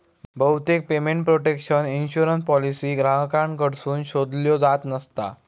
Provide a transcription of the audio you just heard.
बहुतेक payment protection insurance policy ग्राहकांकडसून शोधल्यो जात नसता